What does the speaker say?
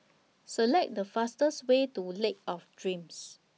Select The fastest Way to Lake of Dreams